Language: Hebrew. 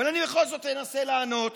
אני בכל זאת אנסה לענות.